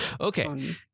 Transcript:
Okay